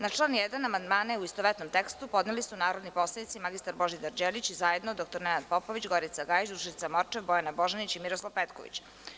Na član 1. amandmane, u istovetnom tekstu, podneli su narodni poslanici: mr Božidar Đelić i zajedno dr Nenad Popović, Gorica Gajić, Dušica Morčev, Bojana Božanić i Miroslav Petković.